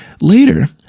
Later